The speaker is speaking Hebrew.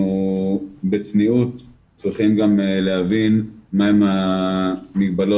אנחנו בצניעות צריכים גם להבין מה הן המגבלות